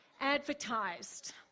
advertised